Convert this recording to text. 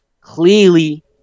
clearly